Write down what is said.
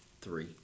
three